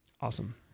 Awesome